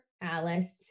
Alice